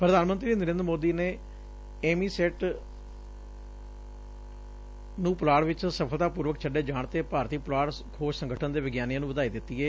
ਪ੍ਧਾਨ ਮੰਤਰੀ ਨਰੇਂਦਰ ਮੋਦੀ ਨੇ ਐਮੀਸੈਟ ਨੁੰ ਪੁਲਾੜ ਵਿਚ ਸਫਲਤਾ ਪੁਰਵਕ ਛੱਡੇ ਜਾਣ ਤੇ ਭਾਰਤੀ ਪੁਲਾੜ ਖੋਜ ਸੰਗਠਨ ਦੇ ਵਿਗਿਆਨੀਆਂ ਨੂੰ ਵਧਾਈ ਦਿੱਤੀ ਏ